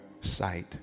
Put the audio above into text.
sight